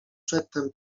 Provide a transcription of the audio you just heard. przedtem